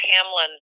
Hamlin